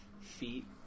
feet